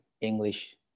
english